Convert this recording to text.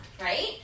right